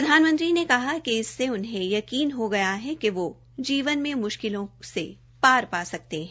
प्रधानमंत्री ने कहा कि इससे उन्हे यकीन हो गया है कि वो जीवन में म्शकिलों को पार पा सकते है